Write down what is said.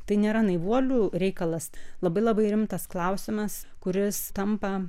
tai nėra naivuolių reikalas labai labai rimtas klausimas kuris tampa